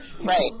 Right